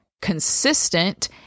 consistent